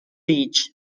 beach